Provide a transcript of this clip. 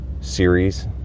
series